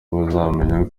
bazamenya